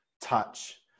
touch